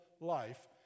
life